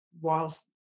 whilst